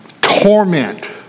Torment